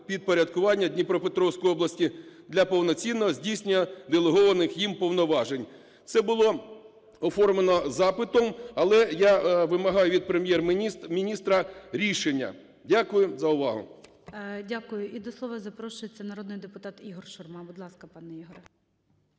підпорядкування Дніпропетровської області для повноцінного здійснення делегованих їм повноважень. Це було оформлено запитом. Але я вимагаю від Прем'єр-міністра рішення. Дякую за увагу. ГОЛОВУЮЧИЙ. Дякую. І до слова запрошується народний депутат Ігор Шурма. Будь ласка пане Ігоре.